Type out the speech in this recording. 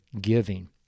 giving